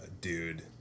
dude